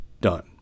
done